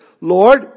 Lord